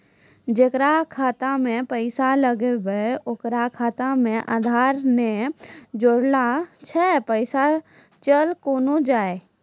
जेकरा खाता मैं पैसा लगेबे ओकर खाता मे आधार ने जोड़लऽ छै पैसा चल कोना जाए?